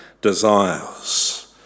desires